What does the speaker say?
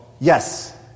Yes